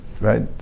right